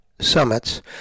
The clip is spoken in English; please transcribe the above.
summits